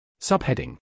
Subheading